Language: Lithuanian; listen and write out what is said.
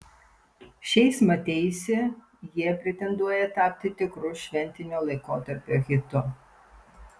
šiais mateisi jie pretenduoja tapti tikru šventinio laikotarpio hitu